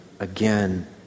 Again